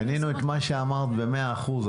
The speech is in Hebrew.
קנינו את מה שאמרת במאה אחוז.